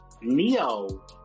Neo